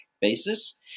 basis